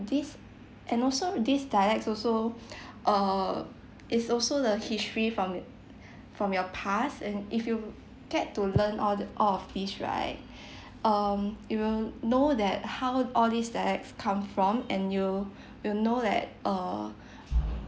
these and also these dialects also uh is also the history from it from your past and if you get to learn all the all of these right um you will know that how all these dialects come from and you will know that uh